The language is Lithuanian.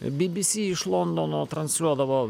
bbc iš londono transliuodavo